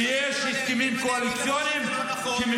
ואם אגיד לך שזה לא